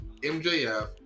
MJF